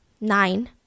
nine